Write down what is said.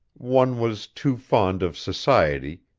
one was too fond of society,